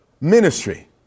ministry